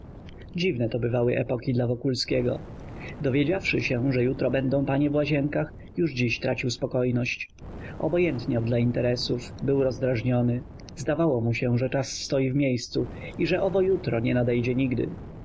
dziwne to bywały epoki dla wokulskiego dowiedziawszy się że jutro będą panie w łazienkach już dziś tracił spokojność obojętniał dla interesów był rozdrażniony zdawało mu się że czas stoi w miejscu i że owe jutro nie nadejdzie nigdy